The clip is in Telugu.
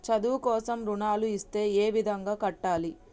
చదువు కోసం రుణాలు ఇస్తే ఏ విధంగా కట్టాలి?